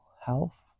health